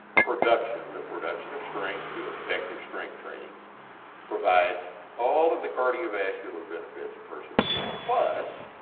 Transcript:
production, the production of strength, through effective strength training provides all of the cardiovascular benefits a person needs plus